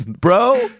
bro